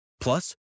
Plus